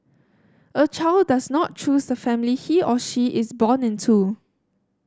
a child does not choose the family he or she is born into